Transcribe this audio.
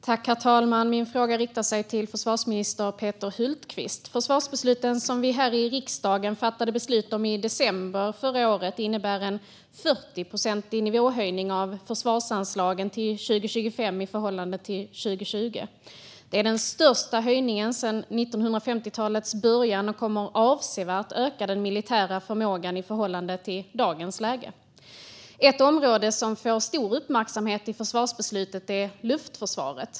Herr talman! Min fråga riktar sig till försvarsminister Peter Hultqvist. Försvarsbesluten som vi här i riksdagen fattade beslut om i december förra året innebär en 40-procentig nivåhöjning av försvarsanslagen till 2025 i förhållande till 2020. Det är den största höjningen sedan 1950-talets början och kommer att avsevärt öka den militära förmågan i förhållande till dagens läge. Ett område som får stor uppmärksamhet i försvarsbeslutet är luftförsvaret.